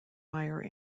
fire